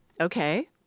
Okay